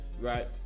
Right